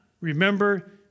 remember